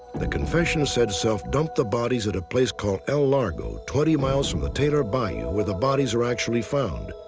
the confession said self dumped the bodies at a place called el largo twenty miles from the taylor bayou where the bodies were actually found.